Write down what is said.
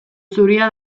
zuria